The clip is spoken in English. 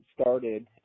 started